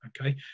okay